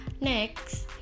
Next